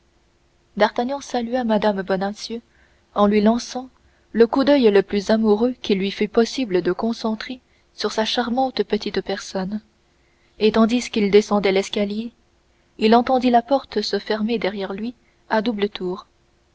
d'artagnan salua mme bonacieux en lui lançant le coup d'oeil le plus amoureux qu'il lui fût possible de concentrer sur sa charmante petite personne et tandis qu'il descendait l'escalier il entendit la porte se fermer derrière lui à double tour